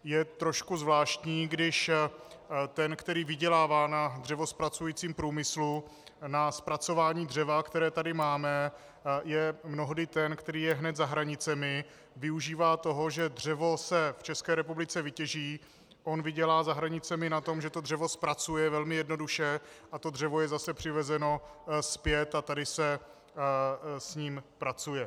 Je trošku zvláštní, když ten, který vydělává na dřevozpracujícím průmyslu, na zpracování dřeva, které tady máme, je mnohdy ten, který je hned za hranicemi, využívá toho, že dřevo se v České republice vytěží, on vydělá za hranicemi na tom, že to dřevo zpracuje velmi jednoduše, a to dřevo je zase přivezeno zpět a tady se s ním pracuje.